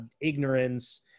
ignorance